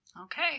Okay